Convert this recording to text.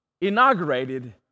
inaugurated